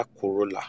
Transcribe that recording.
Corolla